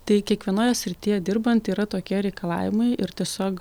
tai kiekvienoje srityje dirbant yra tokie reikalavimai ir tiesiog